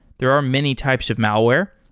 there are many types of malware.